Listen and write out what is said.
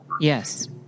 Yes